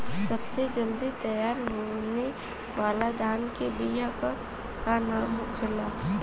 सबसे जल्दी तैयार होने वाला धान के बिया का का नाम होखेला?